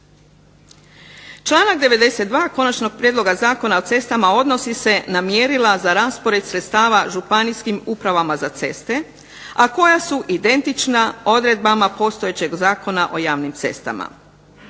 Članak 92. Konačnog prijedloga zakona o cestama odnosi se na mjerila za raspored sredstava županijskim upravama za ceste a koja su identična odredbama postojećeg Zakona o javnim cestama.